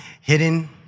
hidden